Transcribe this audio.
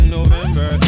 November